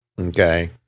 okay